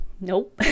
Nope